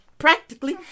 Practically